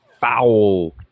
foul